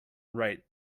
right